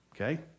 Okay